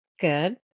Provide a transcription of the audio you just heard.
Good